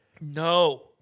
No